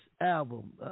album